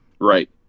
right